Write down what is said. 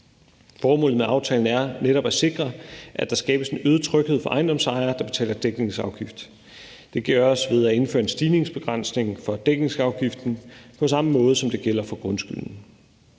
Formålet med aftalen er netop at sikre, at der skabes en øget tryghed for ejendomsejere, der betaler dækningsafgift. Det gøres ved at indføre en stigningsbegrænsning for dækningsafgiften på samme måde, som det gælder for grundskylden.